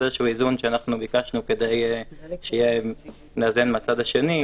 אז זה איזשהו איזון שאנחנו ביקשנו כדי לאזן מהצד השני.